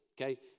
okay